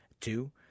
Two